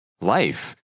life